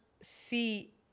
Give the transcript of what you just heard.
see